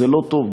זה לא טוב,